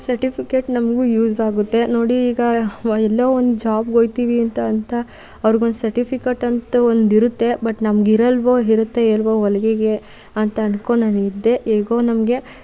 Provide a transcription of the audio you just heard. certificate ನಮಗೂ use ಆಗುತ್ತೆ ನೋಡಿ ಈಗ ವ ಎಲ್ಲೋ ಒಂದು ಜಾಬಿಗೆ ಹೋಗ್ತೀವಿ ಅಂತ ಅಂತ ಅವರಿಗೆ ಒಂದು ಸರ್ಟಿಫಿಕೆಟ್ ಅಂತ ಒಂದಿರುತ್ತೆ ಬಟ್ ನಮ್ಗೆ ಇರಲ್ಲವೋ ಇರುತ್ತೋ ಇಲ್ಲವೋ ಹೊಲಿಗೆಗೆ ಅಂತ ಅನ್ಕೊಂಡು ನಾನು ಇದ್ದೆ ಹೇಗೋ ನಮಗೆ